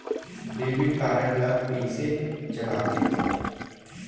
Debit card ला कइसे चलाते?